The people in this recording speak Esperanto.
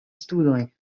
studojn